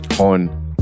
On